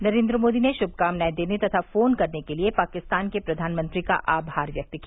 नरेन्द्र मोदी ने शुभकामनाएं देने तथा फोन करने के लिए पाकिस्तान के प्रधानमंत्री का आभार व्यक्त किया